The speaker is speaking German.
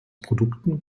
produkten